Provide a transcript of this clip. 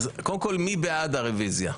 אז קודם כל, מי בעד הרביזיה?